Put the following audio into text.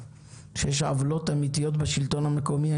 שיש עוולות אמיתיות בשלטון המקומי,